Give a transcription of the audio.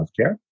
healthcare